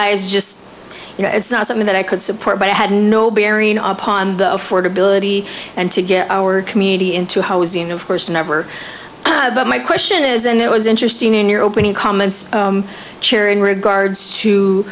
just it's not something that i could support but i had no bearing upon the affordability and to get our community into housing of course never but my question is and it was interesting in your opening comments chair in regards to